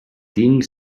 tinc